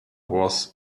was